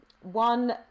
one